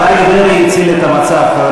הנה, אריה דרעי הציל את המצב.